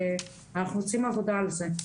ואנחנו עושים עבודה על זה.